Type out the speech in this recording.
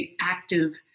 active